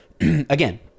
Again